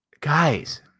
Guys